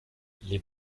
les